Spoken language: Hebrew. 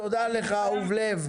תודה לך, אהוב לב.